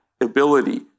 ability